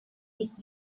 his